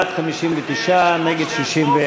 בדבר הפחתת תקציב לא נתקבלו.